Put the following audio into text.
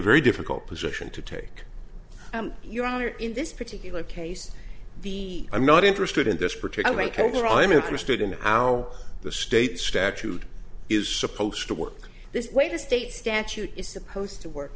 very difficult position to take your own or in this particular case be i'm not interested in this particular i came here i'm interested in al the state statute is supposed to work this way to state statute is supposed to work